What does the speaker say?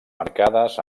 marcades